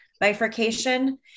Bifurcation